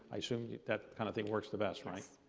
i assume that kind of thing works the best, right?